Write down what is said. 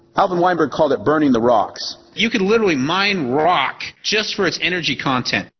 alvin weinberg called it burning the rocks. you could literally mine rock just for its energy content.